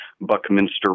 Buckminster